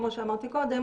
כמו שאמרתי קודם,